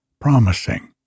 promising